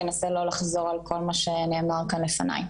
אנסה לא לחזור על כל מה שנאמר כאן לפניי.